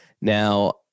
Now